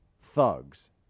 thugs